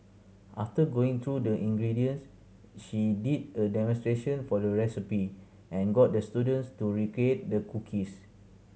after going through the ingredients she did a demonstration for the recipe and got the students to recreate the cookies